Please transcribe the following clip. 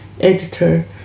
editor